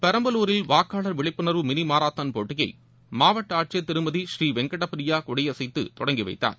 பெரம்பலூரில் வாக்காளர் விழிப்புனர்வு மினி மாரத்தான் போட்டியை மாவட்ட ஆட்சியர் திருமதிபுரீவெங்கட பிரியா கொடியசைத்து தொடங்கி வைத்தார்